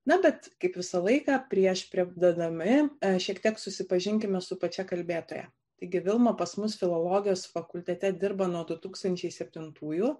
na bet kaip visą laiką prieš pradėdami šiek tiek susipažinkime su pačia kalbėtoja taigi vilma pas mus filologijos fakultete dirba nuo du tūkstančiai septintųjų